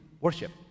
worship